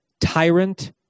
tyrant